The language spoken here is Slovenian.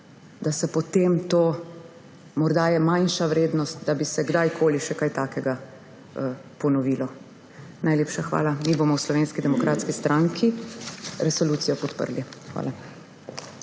da je potem morda manjša verjetnost, da bi se kdajkoli še kaj takega ponovilo. Najlepša hvala. Mi bomo v Slovenski demokratski stranki resolucijo podprli. Hvala.